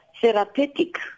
therapeutic